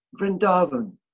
Vrindavan